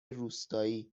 روستایی